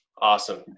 awesome